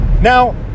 Now